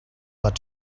but